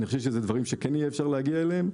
אלו דברים שכן אפשר יהיה להגיע אליהם,